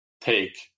take